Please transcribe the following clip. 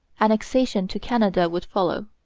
annexation to canada would follow.